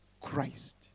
Christ